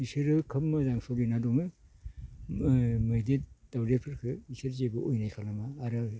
इसोरो खोब मोजां सलिना दङो ओ मैदेर दावदेरफोरखो इसोर जेबो अयनाय खालामा आरो